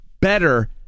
better